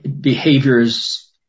behaviors